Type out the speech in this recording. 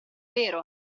vero